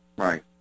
Right